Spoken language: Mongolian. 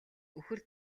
үхэр